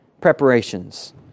preparations